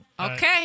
Okay